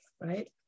right